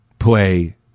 play